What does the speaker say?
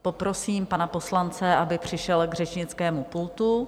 Poprosím pana poslance, aby přišel k řečnickému pultu.